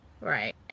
right